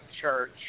church